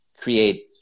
create